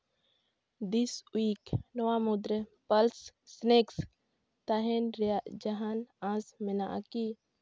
ᱫᱤᱥ ᱩᱭᱤᱠ ᱱᱚᱣᱟ ᱢᱩᱫᱽᱨᱮ ᱯᱟᱞᱥ ᱥᱱᱮᱠᱥ ᱛᱟᱦᱮᱱ ᱨᱮᱭᱟᱜ ᱡᱟᱦᱟᱱ ᱟᱸᱥ ᱢᱮᱱᱟᱜ ᱟᱠᱤ